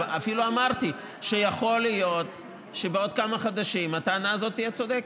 אפילו אמרתי שיכול להיות שבעוד כמה חודשים הטענה הזאת תהיה צודקת.